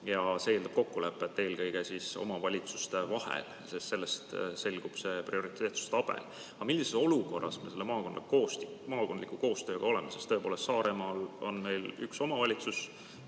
See eeldab kokkulepet eelkõige omavalitsuste vahel, sest sellest selgub prioriteetsustabel. Aga millises olukorras me selle maakondliku koostööga oleme? Tõepoolest, Saaremaal on meil üks omavalitsus.